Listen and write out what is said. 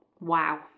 wow